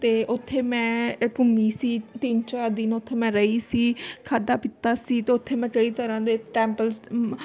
ਅਤੇ ਉੱਥੇ ਮੈਂ ਘੁੰਮੀ ਸੀ ਤਿੰਨ ਚਾਰ ਦਿਨ ਉੱਥੇ ਮੈਂ ਰਹੀ ਸੀ ਖਾਧਾ ਪੀਤਾ ਸੀ ਅਤੇ ਉੱਥੇ ਮੈਂ ਕਈ ਤਰ੍ਹਾਂ ਦੇ ਟੈਂਪਲਸ